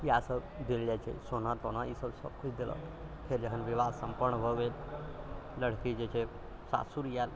इएह सभ देल जाइ छै सोना तोना इसभ सभ कुछ देलक फेर जखन विवाह सम्पन्न भऽ गेल लड़की जे छै सासुर आयल